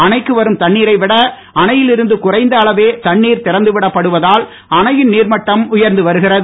அணைக்கு வரும் தண்ணீரை விட அணையில் இருந்து குறைந்த அளவே தண்ணீர் திறந்து விடப்படுவதால் அணையின் நீர்மட்டம் உயர்ந்து வருகிறது